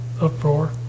uproar